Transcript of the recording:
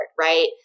right